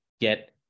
get